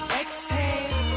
exhale